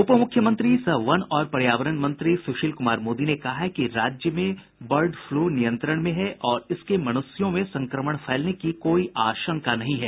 उप मुख्यमंत्री सह वन और पर्यावरण मंत्री सुशील कुमार मोदी ने कहा है कि राज्य में बर्ड फ्लू नियंत्रण में है और इसके मनुष्यों में संक्रमण फैलने की कोई आशंका नहीं है